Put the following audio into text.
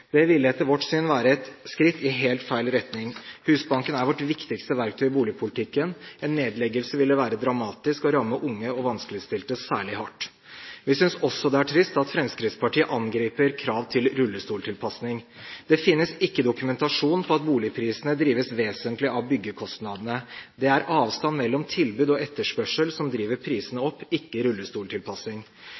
Det ville, etter vårt syn, være et skritt i helt feil retning. Husbanken er vårt viktigste verktøy i boligpolitikken. En nedleggelse ville være dramatisk og ramme unge og vanskeligstilte særlig hardt. Vi synes også det er trist at Fremskrittspartiet angriper krav til rullestoltilpasning. Det finnes ikke dokumentasjon på at boligprisene drives vesentlig av byggekostnadene. Det er avstand mellom tilbud og etterspørsel som driver prisene opp, ikke